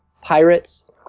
Pirates